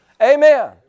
Amen